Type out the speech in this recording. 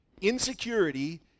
Insecurity